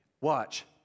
Watch